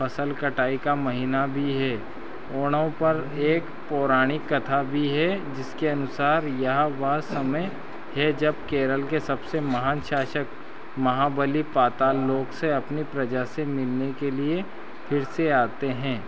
फसल कटाई का महीना भी है ओणम पर एक पौराणिक कथा भी है जिसके अनुसार यह वह समय है जब केरल के सबसे महान शासक महाबली पाताललोक से अपनी प्रजा से मिलने के लिए फ़िर से आते हैं